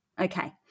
Okay